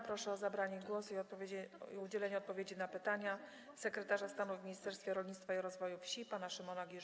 Proszę o zabranie głosu i udzielenie odpowiedzi na pytania sekretarza stanu w Ministerstwie Rolnictwa i Rozwoju Wsi pana Szymona